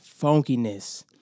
funkiness